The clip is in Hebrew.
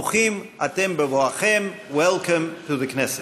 ברוכים אתם בבואכם, Welcome to the Knesset.